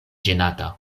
ĝenata